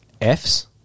F's